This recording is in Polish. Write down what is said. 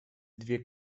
dwie